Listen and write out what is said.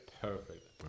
perfect